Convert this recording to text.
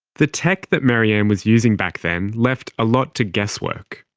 the tech that mary anne was using back then left a lot to guesswork.